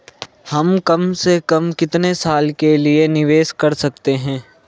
हम कम से कम कितने साल के लिए निवेश कर सकते हैं?